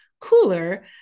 cooler